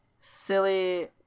silly